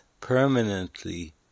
permanently